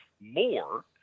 more